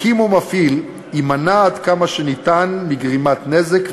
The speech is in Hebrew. מקים או מפעיל יימנע עד כמה שאפשר מגרימת נזק,